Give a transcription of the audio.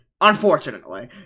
Unfortunately